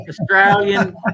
Australian